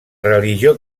religió